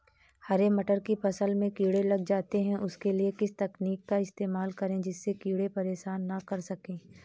हरे मटर की फसल में कीड़े लग जाते हैं उसके लिए किस तकनीक का इस्तेमाल करें जिससे कीड़े परेशान ना कर सके?